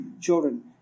Children